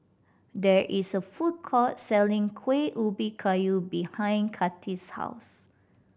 there is a food court selling Kueh Ubi Kayu behind Kati's house